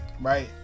right